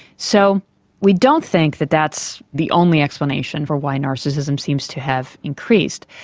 so we don't think that that's the only explanation for why narcissism seems to have increased.